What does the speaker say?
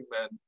men